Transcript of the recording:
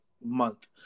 month